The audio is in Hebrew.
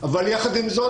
אבל עם זאת,